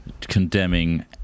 condemning